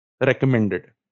recommended